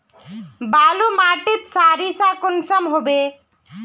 बालू माटित सारीसा कुंसम होबे?